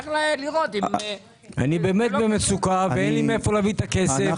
וצריך לראות --- אני באמת במצוקה ואין לי מאיפה להביא את הכסף,